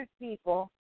people